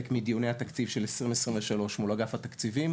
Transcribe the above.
מדיוני התקציב של 2023 מול אגף התקציבים,